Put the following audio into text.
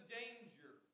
danger